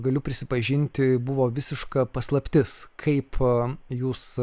galiu prisipažinti buvo visiška paslaptis kaip jūs